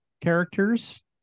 characters